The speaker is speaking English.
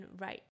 right